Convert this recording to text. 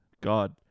god